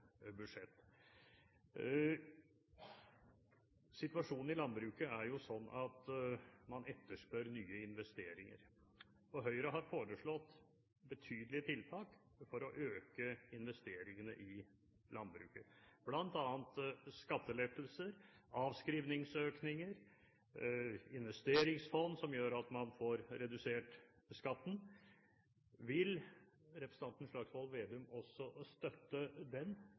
budsjett. Situasjonen i landbruket er jo slik at man etterspør nye investeringer. Høyre har foreslått betydelige tiltak for å øke investeringene i landbruket, bl.a. skattelettelser, avskrivningsøkninger og investeringsfond som gjør at man får redusert skatten. Vil representanten Slagsvold Vedum også støtte den